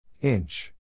Inch